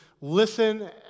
listen